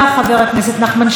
חבר הכנסת נחמן שי,